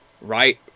right